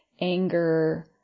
anger